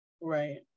Right